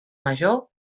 major